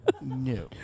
No